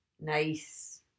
nice